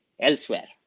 elsewhere